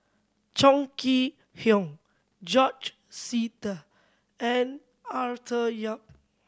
Chong Kee Hiong George Sita and Arthur Yap